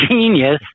genius